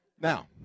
Now